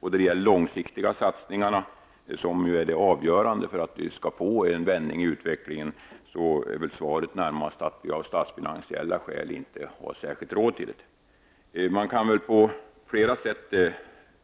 När det gäller de långsiktiga satsningarna, som är avgörande för om det skall bli en vändning i utvecklingen, är väl svaret närmast att vi av statsfinansiella skäl inte har råd. Man kan på flera sätt